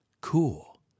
Cool